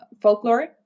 folklore